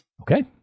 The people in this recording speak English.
Okay